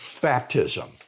baptism